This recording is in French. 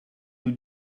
eût